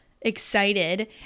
excited